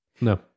No